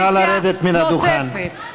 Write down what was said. נא לרדת מן הדוכן.